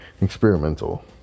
Experimental